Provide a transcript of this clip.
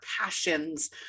passions